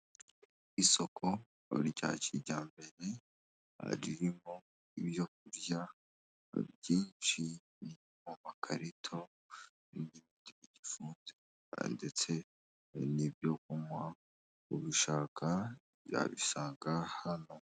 Isoko rya kijyambere ririmo ibyo kurya byinshi biri mu makarito n'ibindi bifunze ndetse n'ibyo kunywa. Ubishaka yabisanga hano.